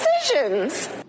decisions